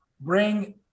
bring